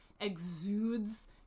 exudes